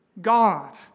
God